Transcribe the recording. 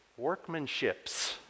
workmanships